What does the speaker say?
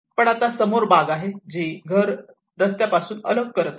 पण आता समोर बाग आहे जी घर रस्त्या पासून अलग करत आहे